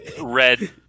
red